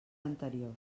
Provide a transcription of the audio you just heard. anteriors